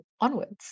onwards